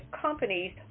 companies